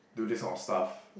do this kind of stuff